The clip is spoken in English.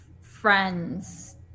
friends